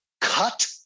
cut